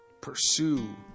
Pursue